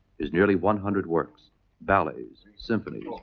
his nearly one hundred works ballets, symphonies,